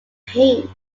paint